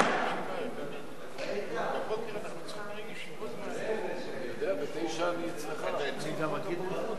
חוק הכנסת (תיקון מס' 32), התשע"ב 2012,